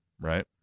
right